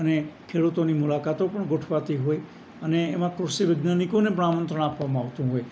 અને ખેડૂતોની મુલાકાતો પણ ગોઠવાતી હોય અને એમાં કૃષિ વિજ્ઞાનિકોને પણ આમંત્રણ આપવામાં આવતું હોય